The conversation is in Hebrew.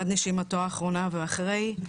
עד נשימתו האחרונה ואחרי.